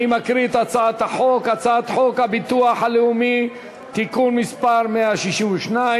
אני מקריא את שם הצעת החוק: הצעת חוק הביטוח הלאומי (תיקון מס' 162),